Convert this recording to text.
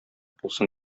булсын